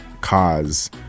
Cause